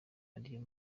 ariyo